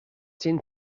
tin